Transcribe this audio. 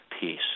peace